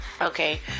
okay